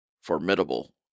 formidable